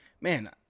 man